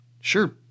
Sure